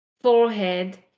forehead